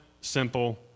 simple